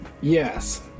yes